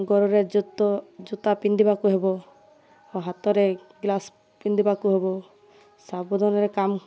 ଗୋଡ଼ରେ ଜୋତ ଜୋତା ପିନ୍ଧିବାକୁ ହେବ ଆଉ ହାତରେ ଗ୍ଲାସ ପିନ୍ଧିବାକୁ ହେବ ସାବଧାନରେ କାମ